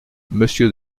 monsieur